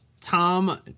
Tom